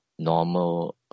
Normal